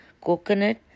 coconut